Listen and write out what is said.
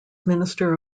minister